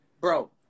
Bro